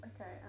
okay